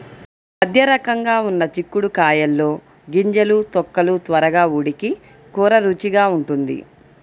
మధ్యరకంగా ఉన్న చిక్కుడు కాయల్లో గింజలు, తొక్కలు త్వరగా ఉడికి కూర రుచిగా ఉంటుంది